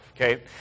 okay